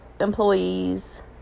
employees